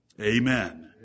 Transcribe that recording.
Amen